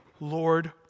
Lord